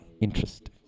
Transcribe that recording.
interest